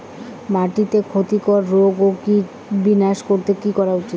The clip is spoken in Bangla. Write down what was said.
মাটিতে ক্ষতি কর রোগ ও কীট বিনাশ করতে কি করা উচিৎ?